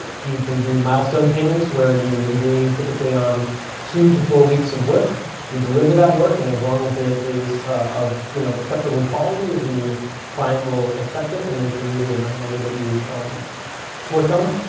you can do milestone payments where you agree, typically, on two to four weeks of work. you deliver that work, and as long as it is of you know acceptable quality, the client will accept it and then you the amount of money that you've worked on.